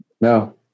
No